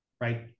right